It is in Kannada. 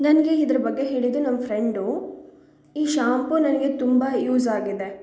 ನನಗೆ ಇದ್ರ ಬಗ್ಗೆ ಹೇಳಿದ್ದು ನಮ್ಮ ಫ್ರೆಂಡು ಈ ಶಾಂಪು ನನಗೆ ತುಂಬ ಯೂಸಾಗಿದೆ